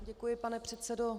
Děkuji, pane předsedo.